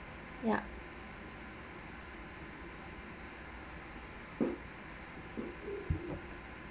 yup